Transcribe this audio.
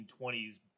1920s